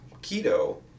keto